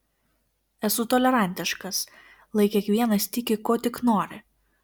esu tolerantiškas lai kiekvienas tiki kuo tik nori